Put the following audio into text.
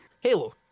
Halo